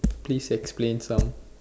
please explain some